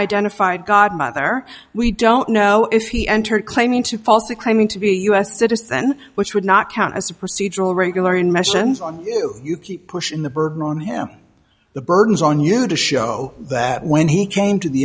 identified godmother we don't know if he entered claiming to falsely claiming to be a u s citizen which would not count as a procedural regular in mentions on you you keep pushing the burden on him the burden is on you to show that when he came to the